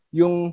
yung